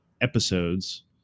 episodes